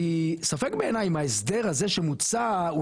כי ספק בעיני אם ההסדר הזה שמוצע הוא